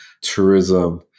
tourism